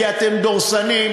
כי אתם דורסניים,